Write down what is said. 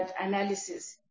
analysis